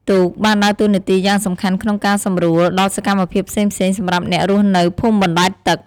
ទូកបានដើរតួនាទីយ៉ាងសំខាន់ក្នុងការសម្រួលដល់សកម្មភាពផ្សេងៗសម្រាប់អ្នករស់នៅភូមិបណ្ដែតទឹក។